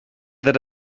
that